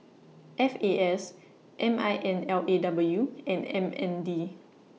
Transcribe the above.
F A S M I N L A W and M N D